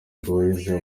nduwayezu